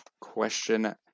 Question